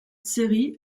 série